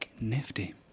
Nifty